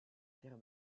terre